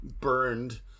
burned